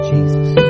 Jesus